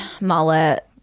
mullet